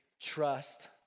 trust